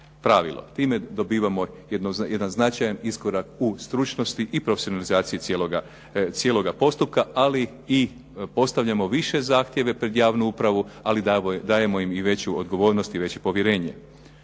Time dobivamo jedan značajan iskorak u stručnosti i profesionalizaciji cijeloga postupka, ali i postavljamo više zahtjeve pred javnu upravu, ali dajemo im i veću odgovornost i veće povjerenje.